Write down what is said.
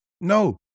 No